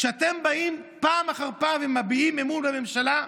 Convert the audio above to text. כשאתם באים פעם אחר פעם ומביעים אמון בממשלה,